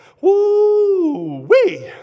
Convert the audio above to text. Woo-wee